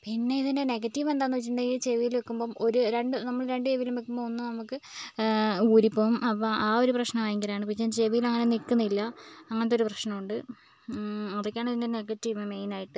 പിന്നെ ഇതിൻ്റെ നെഗറ്റീവെന്താന്ന് വെച്ചിട്ടുണ്ടെങ്കിൽ ചെവിയിൽ വെയ്ക്കുമ്പോൾ ഒരു രണ്ട് നമ്മൾ രണ്ട് ചെവിയിലും വെയ്ക്കുമ്പോൾ ഒന്ന് നമുക്ക് ഊരിപ്പോകും അപ്പോൾ ആ ഒരു പ്രശ്നം ഭയങ്കരമാണ് പിന്നെ ചെവിയിലങ്ങനെ നിൽക്കുന്നില്ല അങ്ങനത്തൊരു പ്രശ്നമുണ്ട് അതോക്കെയാണ് ഇതിൻ്റെ നെഗറ്റീവ് മെയിനായിട്ട്